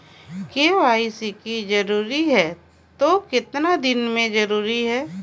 KYC जरूरी हे तो कतना दिन मे जरूरी है?